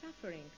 suffering